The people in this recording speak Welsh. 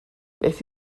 beth